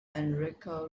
enrico